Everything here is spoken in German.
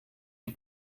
die